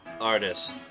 Artist